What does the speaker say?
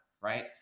right